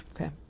Okay